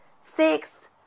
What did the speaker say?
six